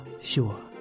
Sure